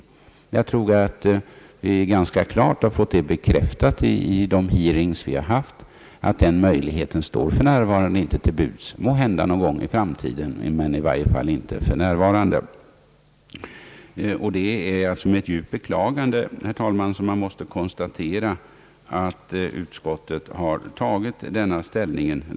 Men jag tror att vi fått ganska klart bekräftat i de hearings, som vi haft, att den möjligheten inte för närvarande står till buds — måhända står den till buds någon gång i framtiden. Man måste med ett djupt beklagande konstatera, herr talman, att utskottet intagit denna ställning.